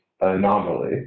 anomaly